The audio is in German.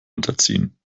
unterziehen